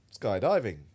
Skydiving